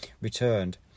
returned